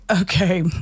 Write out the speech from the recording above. okay